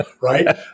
right